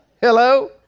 hello